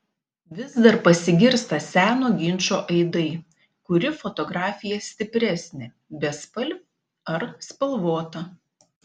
vis dar pasigirsta seno ginčo aidai kuri fotografija stipresnė bespalvė ar spalvota